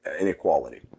inequality